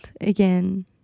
again